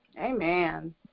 Amen